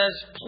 says